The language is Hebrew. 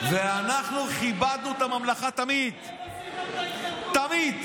ואנחנו כיבדנו את הממלכה תמיד תמיד.